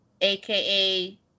aka